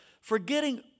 Forgetting